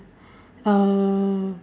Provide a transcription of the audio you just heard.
uh